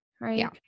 right